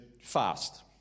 fast